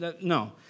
No